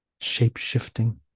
shape-shifting